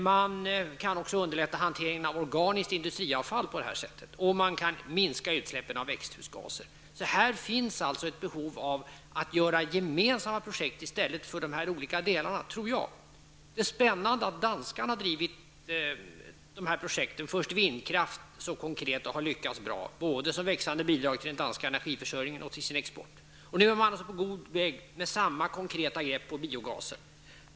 Man kan också underlätta hanteringen av organiskt industriavfall på det här sättet, och man kan minska utsläppen av växthusgaser. Här finns alltså ett behov av att göra gemensamma projekt i stället för att ha dem i olika delar, tror jag. Det är spännande att danskarna har kunnat driva olika projekt -- först vindkraften -- så konkret och lyckats. Vindkraften utgör nu ett växande bidrag till den danska energiförsörjningen och till exporten. Nu är man på god väg med samma konkreta grepp när det gäller biogaser.